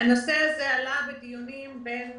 הנושא הזה עלה בדיונים בין